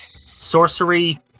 sorcery